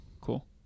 Cool